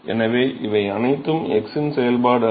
எனவே இவை அனைத்தும் x இன் செயல்பாடு அல்ல